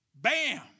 Bam